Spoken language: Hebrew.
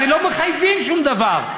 הרי לא מחייבים שום דבר.